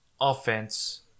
offense